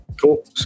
cool